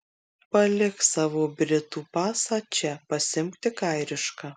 palik savo britų pasą čia pasiimk tik airišką